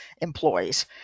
employees